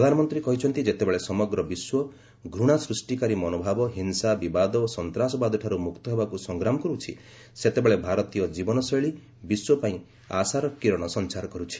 ପ୍ରଧାନମନ୍ତ୍ରୀ କହିଛନ୍ତି ଯେତେବେଳେ ସମଗ୍ର ବିଶ୍ୱ ଘୂଣା ସୃଷ୍ଟିକାରୀ ମନୋଭାବ ହିଂସା ବିବାଦ ଓ ସନ୍ତାସବାଦଠାରୁ ମୁକ୍ତ ହେବାକୁ ସଂଗ୍ରାମ କରୁଛି ସେତେବେଳେ ଭାରତୀୟ ଜୀବନଶୈଳୀ ବିଶ୍ୱ ପାଇଁ ଆଶାର କିରଣ ସଞ୍ଚାର କରୁଛି